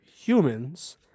humans